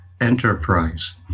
Enterprise